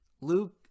luke